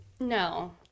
no